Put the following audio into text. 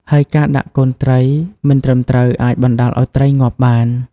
ហើយការដាក់កូនត្រីមិនត្រឹមត្រូវអាចបណ្តាលឱ្យត្រីងាប់បាន។